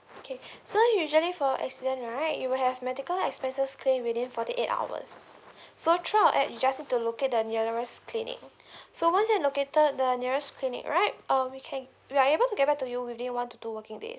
okay so usually for accident right you will have medical expenses claim within forty eight hours so throughout at you just need to look at the nearest clinic so once you located the nearest clinic right uh we can we are able to get back to you within one to two working days